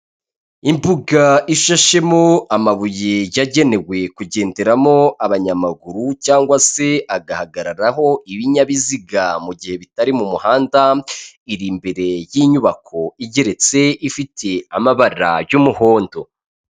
Imbuga ishashemo amabuye yagenewe kugenderamo abanyamaguru cyangwa se agahagararaho ibinyabiziga mu gihe bitari mu muhanda, iri imbere y'inyubako igeretse ifite amabara y'umuhondo.